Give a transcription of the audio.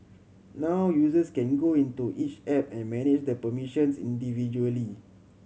now users can go into each app and manage the permissions individually